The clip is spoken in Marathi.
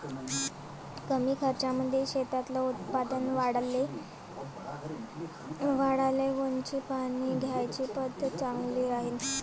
कमी खर्चामंदी शेतातलं उत्पादन वाढाले कोनची पानी द्याची पद्धत चांगली राहीन?